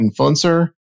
influencer